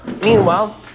Meanwhile